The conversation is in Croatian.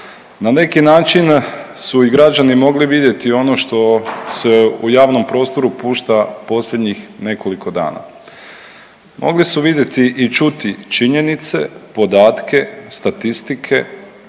na neki način su i građani mogli vidjeti ono što se u javnom prostoru pušta posljednjih nekoliko dana. Mogli su vidjeti i čuti činjenice, podatke, statistike